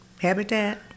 Habitat